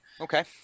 Okay